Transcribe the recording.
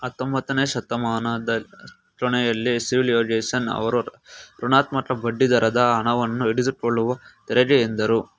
ಹತ್ತೊಂಬತ್ತನೆ ಶತಮಾನದ ಕೊನೆಯಲ್ಲಿ ಸಿಲ್ವಿಯೋಗೆಸೆಲ್ ಅವ್ರು ಋಣಾತ್ಮಕ ಬಡ್ಡಿದರದ ಹಣವನ್ನು ಹಿಡಿದಿಟ್ಟುಕೊಳ್ಳುವ ತೆರಿಗೆ ಎಂದ್ರು